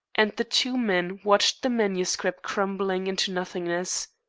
and the two men watched the manuscript crumbling into nothingness.